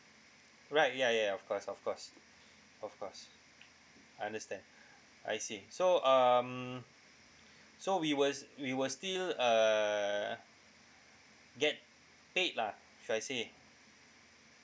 right ya ya of course of course of course I understand I see so um so we will we will still uh get paid lah should I say